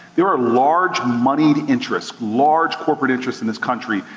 there are large, moneyed interests, large corporate interest in this country,